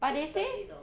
but they say